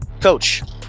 coach